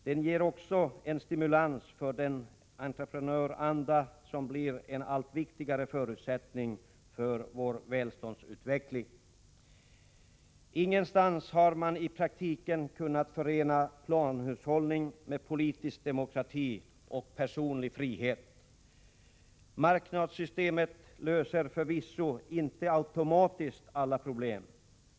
Den ger en stimulans för den entreprenöranda som blir en allt viktigare förutsättning för vår välståndsutveckling. Ingenstans har man i praktiken kunnat förena planhushållning med politisk demokrati och personlig frihet. Marknadssystemet löser förvisso inte automatiskt alla problem.